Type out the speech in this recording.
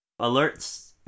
Alerts